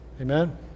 Amen